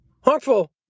Harmful